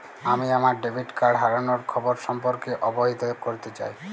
আমি আমার debit card হারানোর খবর সম্পর্কে অবহিত করতে চাই